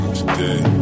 today